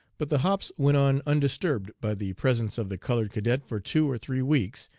but the hops went on undisturbed by the presence of the colored cadet for two or three weeks,